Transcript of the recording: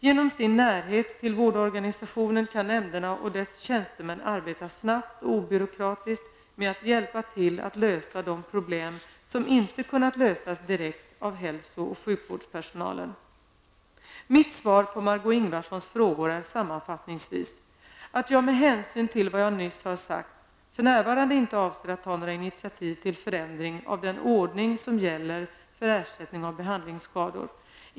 Genom sin närhet till vårdorganisationen kan nämnderna och deras tjänstemän arbeta snabbt och obyråkratiskt med att hjälpa till att lösa de problem som inte kunnat lösas direkt av hälso och sjukvårdspersonalen. Mitt svar på Margó Ingvardssons frågor är sammanfattningsvis att jag med hänsyn till vad jag nyss har sagt för närvarande inte avser att ta några initiativ till förändring av den ordning som gäller för ersättning av behandlingsskador.